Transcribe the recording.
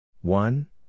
One